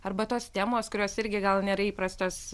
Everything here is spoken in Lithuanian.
arba tos temos kurios irgi gal nėra įprastos